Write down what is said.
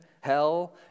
Hell